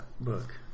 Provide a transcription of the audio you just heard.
book